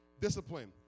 discipline